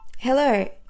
Hello